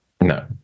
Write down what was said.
No